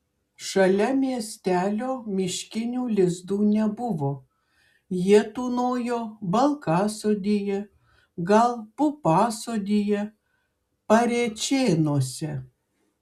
šalia miestelio miškinių lizdų nebuvo jie tūnojo balkasodyje gal pupasodyje parėčėnuose